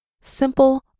simple